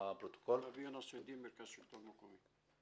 נביה נאסר אלדין, מרכז שלטון מקומי.